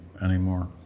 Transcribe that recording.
anymore